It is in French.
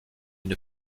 une